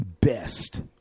best